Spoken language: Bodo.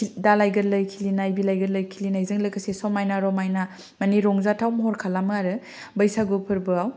दालाइ गोरलै खिलिनायजों बिलाइ गोरलै खिलिनायजों लोगोसे समाइना रमाइना माने रंजाथाव महर खालामो आरो बैसागु फोरबोआव